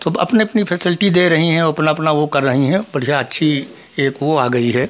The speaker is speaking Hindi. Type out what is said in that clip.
तो ब अपनी अपनी फेसल्टी दे रही हैं वह अपना अपना वह कर रही हैं बढ़िया अच्छी एक वह आ गई है